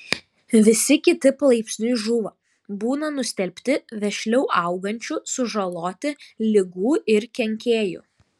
visi kiti palaipsniui žūva būna nustelbti vešliau augančių sužaloti ligų ir kenkėjų